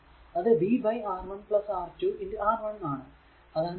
അത് v by R1 R2 R 1 അതാണ് v 1